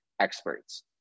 experts